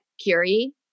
Curie